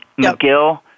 McGill